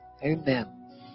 Amen